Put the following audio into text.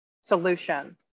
solution